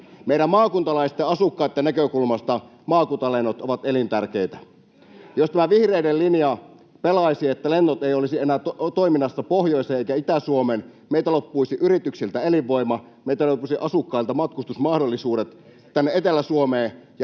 Meidän maakuntalaisten, asukkaitten, näkökulmasta maakuntalennot ovat elintärkeitä. Jos tämä vihreiden linja pelaisi, että lennot eivät olisi enää toiminnassa pohjoiseen eikä Itä-Suomeen, meiltä loppuisi yrityksiltä elinvoima, meiltä asukkailta loppuisivat matkustusmahdollisuudet tänne Etelä-Suomeen. Ja